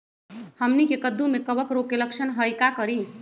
हमनी के कददु में कवक रोग के लक्षण हई का करी?